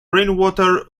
rainwater